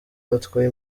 batwaye